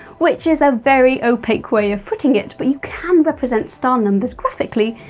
which is a very opaque way of putting it, but you can represent star numbers graphically,